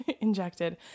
injected